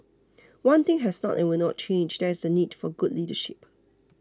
one thing has not and will not change that is the need for good leadership